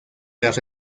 las